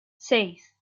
seis